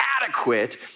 adequate